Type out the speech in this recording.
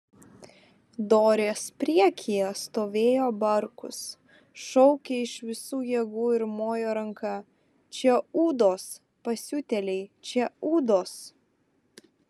dorės priekyje stovėjo barkus šaukė iš visų jėgų ir mojo ranka čia ūdos pasiutėliai čia ūdos